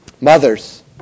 Mothers